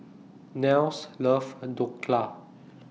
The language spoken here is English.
Nels Love and Dhokla